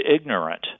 ignorant